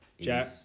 Jack